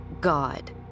God